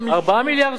4 מיליארד ש"ח,